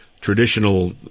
traditional